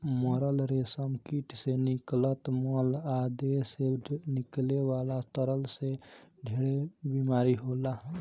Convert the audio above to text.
मरल रेशम कीट से निकलत मल आ देह से निकले वाला तरल से ढेरे बीमारी होला